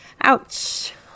Ouch